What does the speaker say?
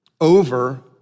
over